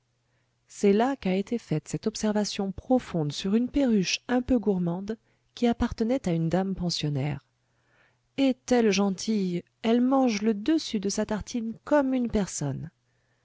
c'est là qu'a été faite cette observation profonde sur une perruche un peu gourmande qui appartenait à une dame pensionnaire est-elle gentille elle mange le dessus de sa tartine comme une personne